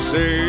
Say